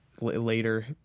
later